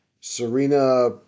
Serena